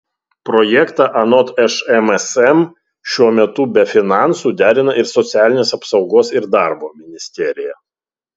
projektą anot šmsm šiuo metu be finansų derina ir socialinės apsaugos ir darbo ministerija